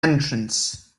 entrance